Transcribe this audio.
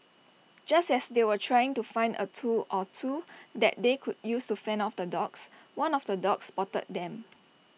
just as they were trying to find A tool or two that they could use fend off the dogs one of the dogs spotted them